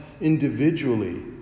individually